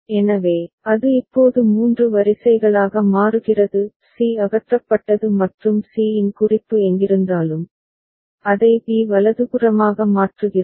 எனவே அது இப்போது மூன்று வரிசைகளாக மாறுகிறது c அகற்றப்பட்டது மற்றும் c இன் குறிப்பு எங்கிருந்தாலும் அதை b வலதுபுறமாக மாற்றுகிறோம்